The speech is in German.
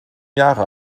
jahre